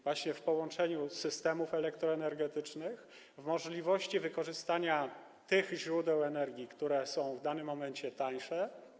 Właśnie przez połączenie systemów elektroenergetycznych, możliwość wykorzystania tych źródeł energii, które są w danym momencie tańsze.